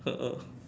a'ah